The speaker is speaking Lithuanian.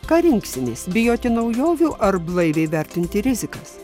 ką rinksimės bijoti naujovių ar blaiviai vertinti rizikas